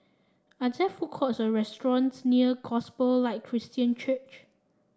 are there food courts or restaurants near Gospel Light Christian Church